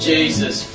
Jesus